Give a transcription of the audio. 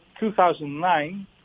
2009